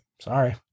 Sorry